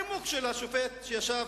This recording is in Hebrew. הוא הנימוק של השופט פלפל.